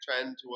trend